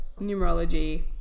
numerology